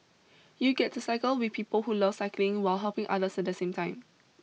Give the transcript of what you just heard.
you get to cycle with people who love cycling while helping others at the same time